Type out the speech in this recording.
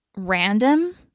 random